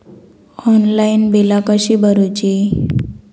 Online बिला कशी भरूची?